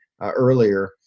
earlier